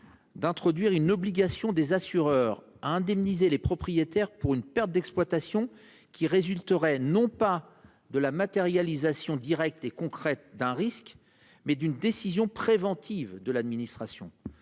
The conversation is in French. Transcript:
D'introduire une obligation des assureurs à indemniser les propriétaires pour une perte d'exploitation qui résulteraient non pas de la matérialisation directe et concrète d'un risque mais d'une décision préventive de l'administration.